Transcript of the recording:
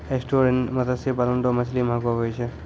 estuarine मत्स्य पालन रो मछली महगो हुवै छै